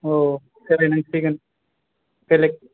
आव